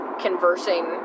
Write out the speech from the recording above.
conversing